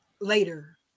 later